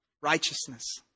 righteousness